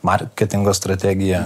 marketingo strategiją